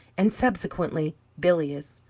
and subsequently bilious.